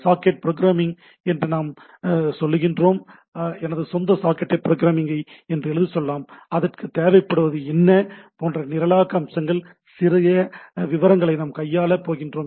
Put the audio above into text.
socket programming என்று நாம் எதைச் சொல்கிறோம் எனது சொந்த சாக்கெட் புரோகிராமிங்கை எவ்வாறு எழுதலாம் அதற்கு தேவைப்படுவது என்ன போன்ற நிரலாக்க அம்சங்கள் சிறிய விவரங்களை நாம் கையாளப் போகிறோம்